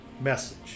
message